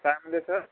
काय म्हणाले सर